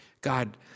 God